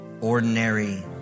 Ordinary